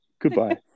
Goodbye